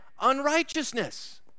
unrighteousness